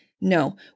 No